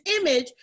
image